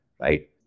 right